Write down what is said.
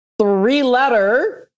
three-letter